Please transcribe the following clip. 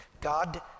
God